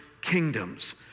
kingdoms